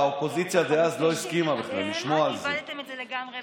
והאופוזיציה דאז לא הסכימה בכלל לשמוע על זה.